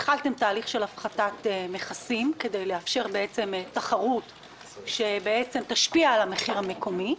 התחלתם תהליך של הפחתת מכסים כדי לאפשר תחרות שתשפיע על המחיר המקומי,